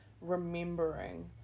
remembering